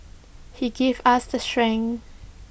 he gives us the strength